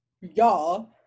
y'all